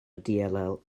dll